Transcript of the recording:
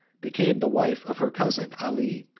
became the wife of her cousin ali,